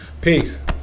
peace